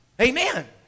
Amen